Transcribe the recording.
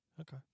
Okay